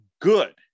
good